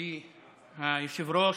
מכובדי היושב-ראש,